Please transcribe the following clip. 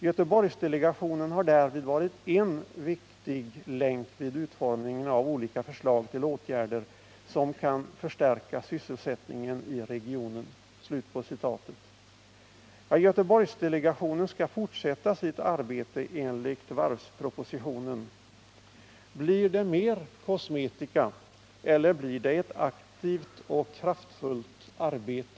Göteborgsdelegationen har härvidlag varit en viktig länk vid utformningen av olika förslag till åtgärder som kan förstärka sysselsättningen i regionen.” Göteborgsdelegationen skall fortsätta sitt arbete enligt varvspropositionen. Blir det mer kosmetika eller blir det ett aktivt och kraftfullt arbete?